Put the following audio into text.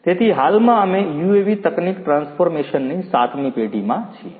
તેથી હાલમાં અમે યુએવી તકનીક ટ્રાન્સફોર્મેશનની સાતમી પેઢીમાં છીએ